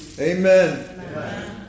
Amen